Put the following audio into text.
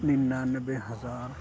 ننانوے ہزار